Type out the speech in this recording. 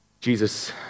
Jesus